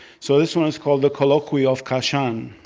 so this one is called the colloquy of kashan,